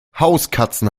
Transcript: hauskatzen